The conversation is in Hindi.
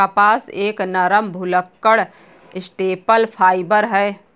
कपास एक नरम, भुलक्कड़ स्टेपल फाइबर है